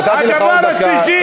נתתי לך עוד דקה.